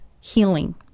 healing